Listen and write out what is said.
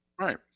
Right